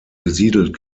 besiedelt